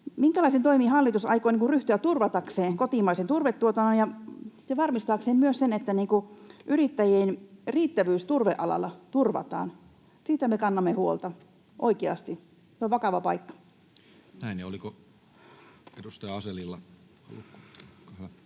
minkälaisiin toimiin hallitus aikoo ryhtyä turvatakseen kotimaisen turvetuotannon ja varmistaakseen myös sen, että yrittäjien riittävyys turvealalla turvataan. Siitä me kannamme huolta oikeasti. Se on vakava paikka. [Speech 53] Speaker: